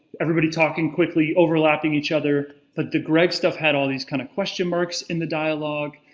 everybody talking quickly, overlapping each other. but the greg stuff had all these kind of question marks in the dialogue,